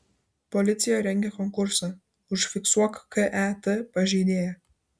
policija rengia konkursą užfiksuok ket pažeidėją